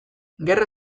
gerra